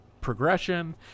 progression